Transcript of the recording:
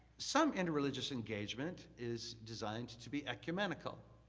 some interreligious engagement is designed to be ecumenical.